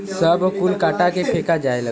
सब कुल कटा के फेका जाए लगल